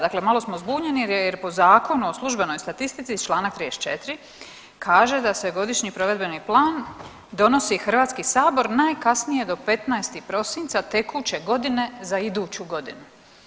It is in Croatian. Dakle, malo smo zbunjeni jer po Zakonu o službenoj statistici čl. 34. kaže da se godišnji provedbeni plan donosi HS najkasnije do 15. prosinca tekuće godine za iduću godinu.